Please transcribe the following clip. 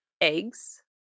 eggs